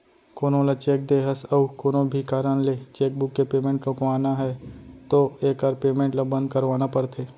कोनो ल चेक दे हस अउ कोनो भी कारन ले चेकबूक के पेमेंट रोकवाना है तो एकर पेमेंट ल बंद करवाना परथे